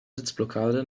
sitzblockade